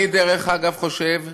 אני, דרך אגב, חושב,